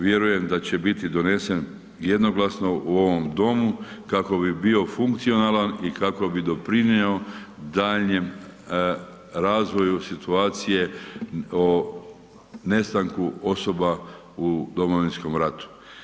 Vjerujem da će biti donesen jednoglasno u ovom domu, kako bi bio funkcionalan i kako bi doprinio daljnjem razvoju situacije o nestanku osoba u Domovinskom ratu.